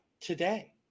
today